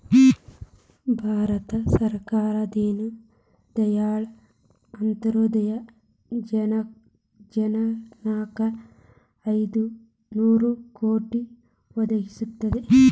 ಭಾರತ ಸರ್ಕಾರ ದೇನ ದಯಾಳ್ ಅಂತ್ಯೊದಯ ಯೊಜನಾಕ್ ಐದು ನೋರು ಕೋಟಿ ಒದಗಿಸೇತಿ